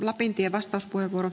arvoisa puhemies